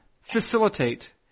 facilitate